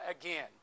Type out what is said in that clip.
again